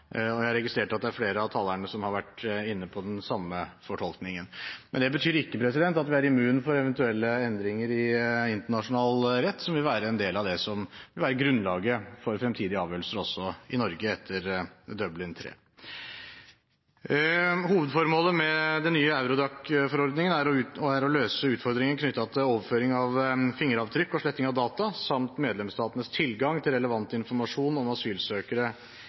Jeg har registrert at det er flere av talerne som har vært inne på den samme fortolkningen. Men det betyr ikke at vi er immune mot eventuelle endringer i internasjonal rett, som vil være en del av det som vil være grunnlaget for fremtidige avgjørelser også i Norge etter Dublin III. Hovedformålet med den nye Eurodac-forordningen er å løse utfordringen knyttet til overføring av fingeravtrykk og sletting av data samt medlemsstatenes tilgang til relevant informasjon om asylsøkere